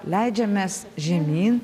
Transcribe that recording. leidžiamės žemyn